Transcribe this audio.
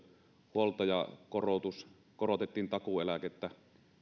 huoltajakorotus korotettiin takuueläkettä